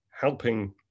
helping